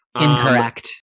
Incorrect